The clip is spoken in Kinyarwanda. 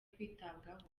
kwitabwaho